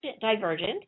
divergent